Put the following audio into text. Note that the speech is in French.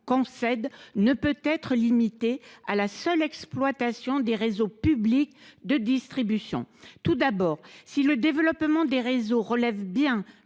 ne saurait être circonscrit à l’exploitation des réseaux publics de distribution. Tout d’abord, si le développement des réseaux relève bien